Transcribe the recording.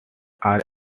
are